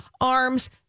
arms